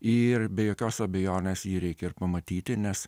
ir be jokios abejonės jį reikia ir pamatyti nes